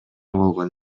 болгон